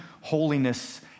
holiness